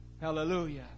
Hallelujah